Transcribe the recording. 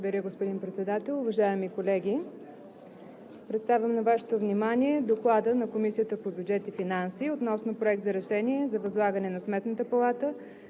Благодаря, господин Председател. Уважаеми колеги, представям на Вашето внимание „ДОКЛАД на Комисията по бюджет и финанси относно Проект на решение за възлагане на Сметната палата